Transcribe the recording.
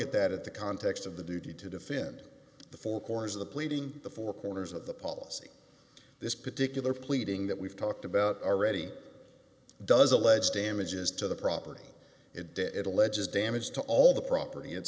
at that at the context of the duty to defend the four corners of the pleading the four corners of the policy this particular pleading that we've talked about already does allege damages to the property it alleges damage to all the property